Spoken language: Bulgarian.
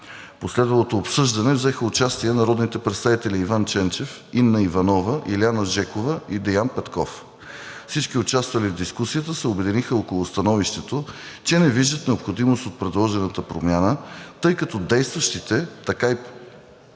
последвалото обсъждане взеха участие народните представители Иван Ченчев, Инна Иванова, Илиана Жекова и Деян Петков. Всички участвали в дискусията се обединиха около становището, че не виждат необходимост от предложената промяна, тъй като както с действащите, така и с предстоящите